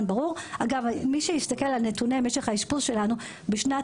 מי שיסתכל על נתוני משך האשפוז שלנו - בשנת